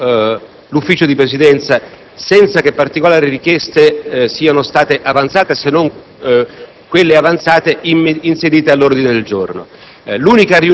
con l'Ufficio di Presidenza senza che particolari richieste siano state avanzate, se non quelle poi inserite all'ordine del giorno.